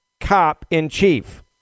cop-in-chief